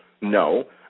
No